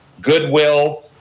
Goodwill